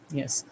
yes